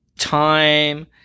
time